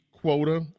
quota